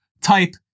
type